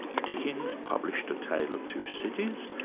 dickens published a tale of two cities,